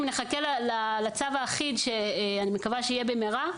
אם נחכה לצו האחיד שאני מקווה שיהיה במהרה,